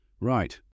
Right